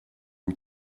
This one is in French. une